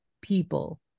people